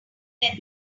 let